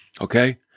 okay